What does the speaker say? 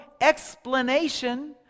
explanation